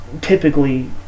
typically